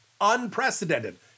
Unprecedented